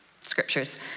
scriptures